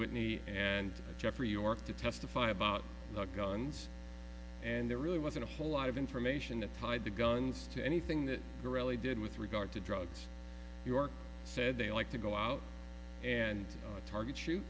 whitney and jeffrey york to testify about guns and there really wasn't a whole lot of information that tied the guns to anything that really did with regard to drugs york said they like to go out and target shoot